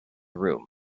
room